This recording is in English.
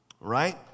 right